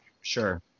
sure